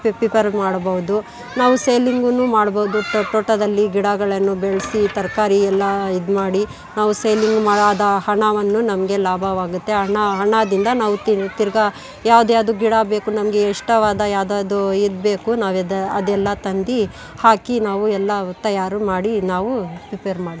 P prepare ಮಾಡಬೌದು ನಾವು ಸೇಲಿಂಗೂ ಮಾಡ್ಬೌದು ತೋಟದಲ್ಲಿ ಗಿಡಗಳನ್ನು ಬೆಳೆಸಿ ತರಕಾರಿ ಎಲ್ಲ ಇದು ಮಾಡಿ ನಾವು ಸೇಲಿಂಗ್ ಮಾ ಅದು ಹಣವನ್ನು ನಮಗೆ ಲಾಭವಾಗುತ್ತೆ ಹಣ ಹಣದಿಂದ ನಾವು ತಿ ತಿರ್ಗ ಯಾವ್ದ್ಯಾವ್ದು ಗಿಡ ಬೇಕು ನಮಗೆ ಇಷ್ಟವಾದ ಯಾವ್ದಾದು ಇದು ಬೇಕು ನಾವು ಎದ ಅದೆಲ್ಲ ತಂದು ಹಾಕಿ ನಾವು ಎಲ್ಲ ತಯಾರು ಮಾಡಿ ನಾವು ಪಿಪೇರ್ ಮಾಡ್ತೀವಿ